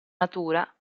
natura